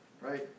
right